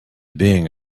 being